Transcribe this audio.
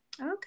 Okay